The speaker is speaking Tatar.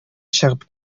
чыгып